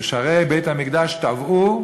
ששערי בית-המקדש טבעו,